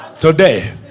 Today